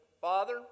Father